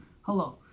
Hello